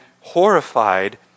horrified